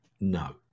No